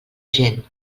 gent